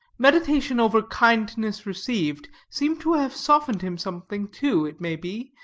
meditation over kindness received seemed to have softened him something, too, it may be,